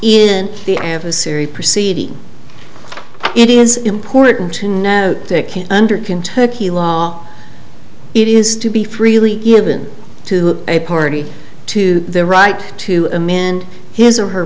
in the adversary proceeding it is important to note under kentucky law it is to be freely given to a party to the right to him in his or her